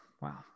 Wow